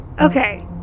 Okay